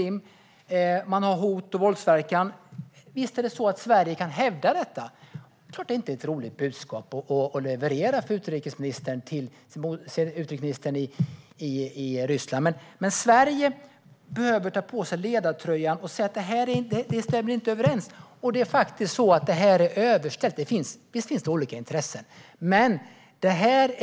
Man har gjort sig skyldig till hot och våldsverkan. Visst är det så att Sverige kan hävda detta. Det är klart att det inte är ett roligt budskap för Sveriges utrikesminister att leverera till Rysslands utrikesminister. Men Sverige behöver ta på sig ledartröjan och säga att det här inte stämmer överens. Det är faktiskt så att det här är överställt. Visst finns det olika intressen.